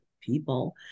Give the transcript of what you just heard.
people